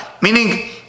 Meaning